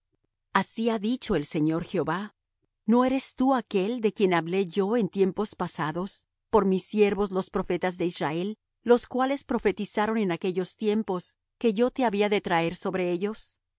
así ha dicho el señor jehová no eres tú aquél de quien hablé yo en tiempos pasados por mis siervos los profetas de israel los cuales profetizaron en aquellos tiempos que yo te había de traer sobre ellos